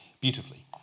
beautifully